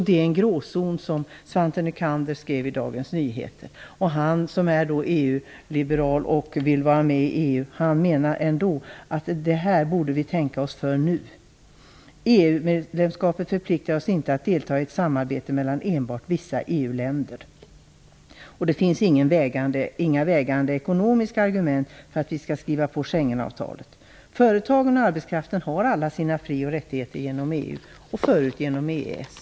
Det är en gråzon, som Svante Nycander skriver i Dagens Nyheter. Han är EU-liberal och vill vara med i EU. Men han menar att här borde vi tänka oss för nu. EU-medlemskapet förpliktar oss inte att delta i ett samarbete mellan enbart vissa EU-länder. Det finns inga vägande ekonomiska argument för att skriva på Schengenavtalet. Företagen och arbetskraften har alla fri och rättigheter genom EU, och förut genom EES.